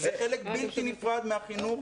זה חלק בלתי נפרד מהחינוך,